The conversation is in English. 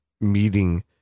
meeting